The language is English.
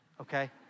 okay